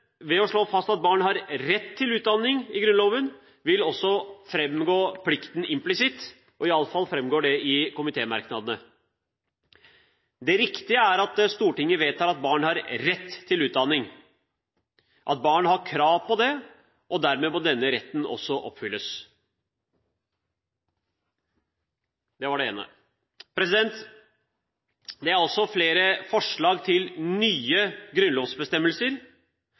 Ved å slå fast at barn har rett til utdanning etter Grunnloven, vil også plikten framgå implisitt. Iallfall framgår det i komitémerknadene. Det riktige er at Stortinget vedtar at barn har rett til utdanning, og at barn har krav på det, og dermed må denne retten også oppfylles. Det var det ene. Det er også flere forslag til nye grunnlovsbestemmelser